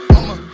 I'ma